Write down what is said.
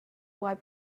wipe